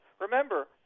remember